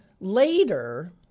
Later